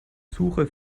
suche